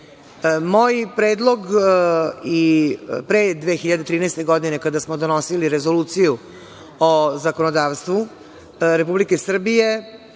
predlog i pre 2013. godine, kada smo donosili Rezoluciju o zakonodavstvu Republike Srbije,